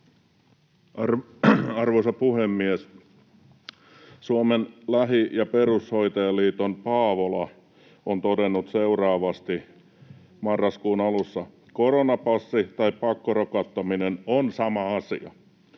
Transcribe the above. Arvoisa puhemies! Suomen lähi‑ ja perushoitajaliiton Paavola on todennut seuraavasti marraskuun alussa: ”Koronapassi tai pakkorokottaminen on sama asia.